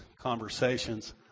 conversations